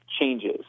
changes